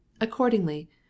Accordingly